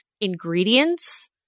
ingredients